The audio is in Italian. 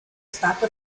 stato